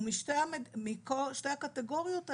ומשתי הקטגוריות האלה,